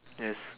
yes